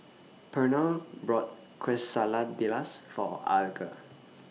Pernell bought Quesadillas For Alger